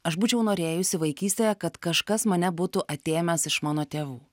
aš būčiau norėjusi vaikystėje kad kažkas mane būtų atėmęs iš mano tėvų